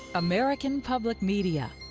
american public media